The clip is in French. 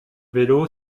vélo